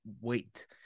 wait